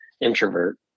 introvert